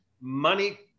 money